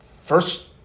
First